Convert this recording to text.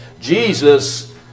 Jesus